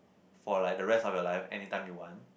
for like the rest of your life anytime you want